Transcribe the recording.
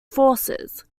forces